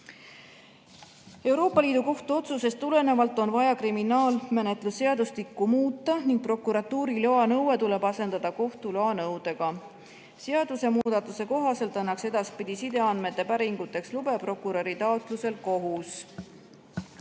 Euroopa Liidu Kohtu otsusest tulenevalt on vaja kriminaalmenetluse seadustikku muuta ning prokuratuuri loa nõue tuleb asendada kohtu loa nõudega. Seadusemuudatuse kohaselt annaks edaspidi sideandmete päringuteks lube prokuröri taotlusel kohus.